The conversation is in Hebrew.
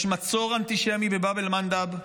יש מצור אנטישמי בבאב אל-מנדב,